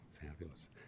fabulous